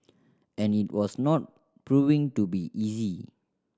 and it was not proving to be easy